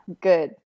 good